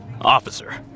Officer